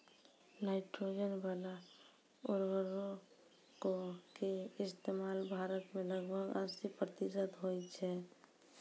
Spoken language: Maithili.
नाइट्रोजन बाला उर्वरको के इस्तेमाल भारत मे लगभग अस्सी प्रतिशत होय छै